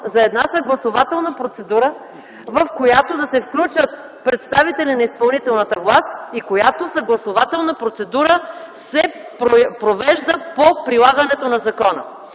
за една съгласувателна процедура, в която да се включат представители на изпълнителната власт и която съгласувателна процедура се провежда по прилагането на закона.